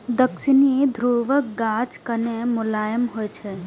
दक्षिणी ध्रुवक गाछ कने मोलायम होइ छै